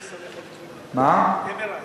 MRI,